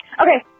Okay